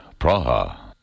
Praha